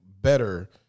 better